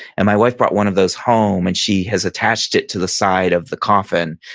and my wife brought one of those home and she has attached it to the side of the coffin.